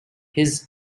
his